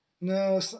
No